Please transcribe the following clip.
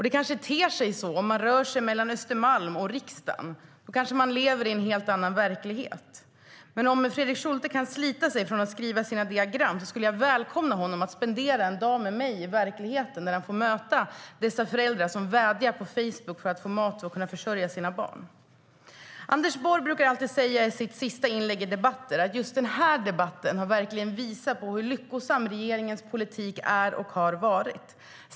Det kanske ter sig så om man rör sig mellan Östermalm och Riksdagshuset och lever i den verkligheten. Men om Fredrik Schulte kan slita sig från att skriva sina diagram välkomnar jag honom att spendera en dag med mig i den verklighet där jag möter de föräldrar som vädjar om mat till sina barn på Facebook. Anders Borg brukar i sitt sista inlägg i debatter säga att just denna debatt har visat hur lyckosam regeringens politik är och har varit.